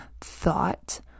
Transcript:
thought